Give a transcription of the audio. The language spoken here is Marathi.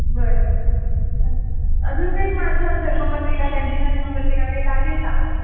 बरं अजून काही माझा जन्मपत्रिका त्यांची जन्मपत्रिका काही लागेल का आपल्याला